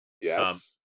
Yes